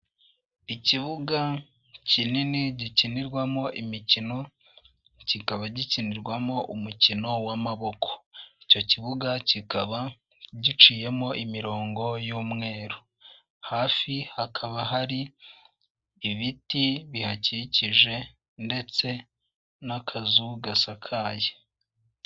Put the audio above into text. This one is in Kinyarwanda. Ikibuga kinini gikinirwamo imikino kikaba gikinirwamo umukino w'amaboko, icyo kibuga kikaba giciyemo imirongo y'umweru. Hafi hakaba hari ibiti bihakikije ndetse n'akazu gasakaye.